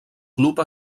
club